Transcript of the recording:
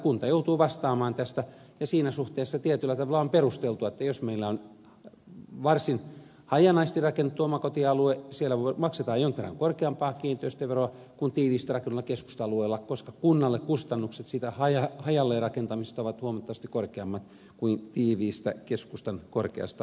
kunta joutuu vastaamaan tästä ja siinä suhteessa tietyllä tavalla on perusteltua että jos meillä on varsin hajanaisesti rakennettu omakotialue siellä maksetaan jonkin verran korkeampaa kiinteistöveroa kuin tiiviisti rakennetulla keskusta alueella koska kunnalle kustannukset siitä hajalleen rakentamisesta ovat huomattavasti korkeammat kuin keskustan tiiviistä korkeasta rakentamisesta